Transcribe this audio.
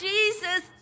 Jesus